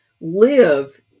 live